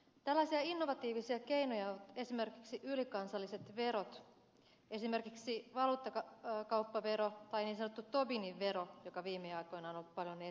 tällaisia innovatiivisia keinoja ovat esimerkiksi ylikansalliset verot esimerkiksi valuuttakauppavero tai niin sanottu tobinin vero joka viime aikoina on ollut paljon esillä